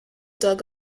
dug